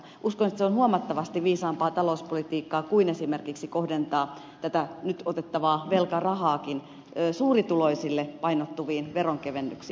uskon että se on huomattavasti viisaampaa talouspolitiikkaa kuin esimerkiksi kohdentaa tätä nyt otettavaa velkarahaakin suurituloisille painottuviin veronkevennyksiin